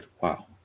wow